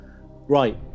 Right